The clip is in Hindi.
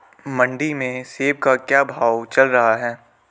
मंडी में सेब का क्या भाव चल रहा है?